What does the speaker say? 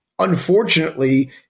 Unfortunately